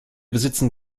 besitzen